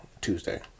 Tuesday